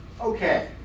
Okay